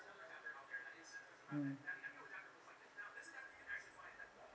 mm